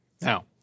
now